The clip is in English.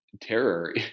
terror